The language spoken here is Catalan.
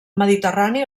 mediterrani